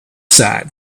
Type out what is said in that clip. side